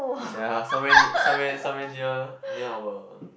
ya some where near some where some where near near our